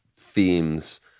themes